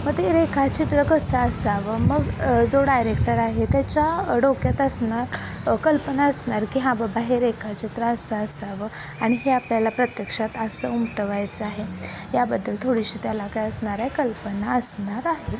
मग ते रेखाचित्र कसं असावं मग जो डायरेक्टर आहे त्याच्या डोक्यात असणार कल्पना असणार की हां बाबा हे रेखाचित्र असं असावं आणि हे आपल्याला प्रत्यक्षात असं उमटवायचं आहे याबद्दल थोडीशी त्याला काय असणार आहे कल्पना असणार आहे